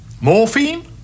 morphine